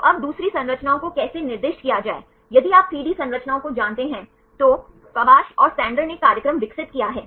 तो अब दूसरी संरचनाओं को कैसे निर्दिष्ट किया जाए यदि आप 3D संरचनाओं को जानते हैं तो काबश और सैंडर ने एक कार्यक्रम विकसित किया है